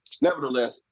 nevertheless